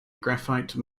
graphite